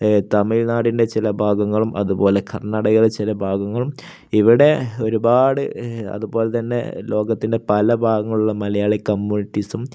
തമിഴ്നാടിൻ്റെ ചില ഭാഗങ്ങളും അതുപോലെ കർണാടകയിലെ ചില ഭാഗങ്ങളും ഇവിടെ ഒരുപാട് അതുപോലെ തന്നെ ലോകത്തിൻ്റെ പല ഭാഗങ്ങളുള്ള മലയാളി കമ്മ്യൂണിറ്റീസും